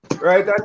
right